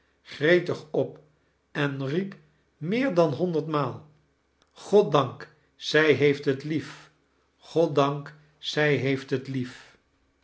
gi-eibig op en riep meer dan honderd maal groddarik zij heeft het lie-f i goddank zij heeft het lief